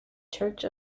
church